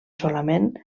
solament